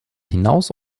hinaus